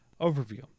Overview